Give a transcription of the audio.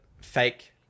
fake